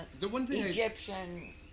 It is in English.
Egyptian